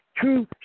two